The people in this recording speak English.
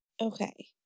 Okay